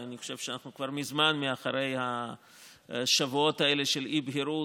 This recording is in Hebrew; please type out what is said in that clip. ואני חושב שאנחנו כבר מזמן מאחורי השבועות האלה של אי-בהירות,